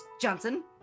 Johnson